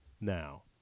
Now